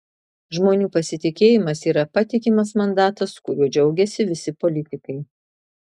žmonių pasitikėjimas yra patikimas mandatas kuriuo džiaugiasi visi politikai